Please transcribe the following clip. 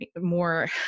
more